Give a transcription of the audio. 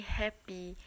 happy